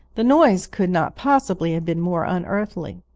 the noise could not possibly have been more unearthly.